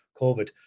Covid